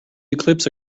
eclipse